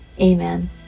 Amen